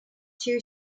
two